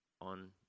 on